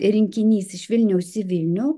rinkinys iš vilniaus į vilnių